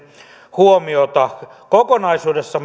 huomiota kokonaisuudessa